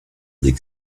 des